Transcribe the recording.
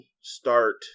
start